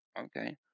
Okay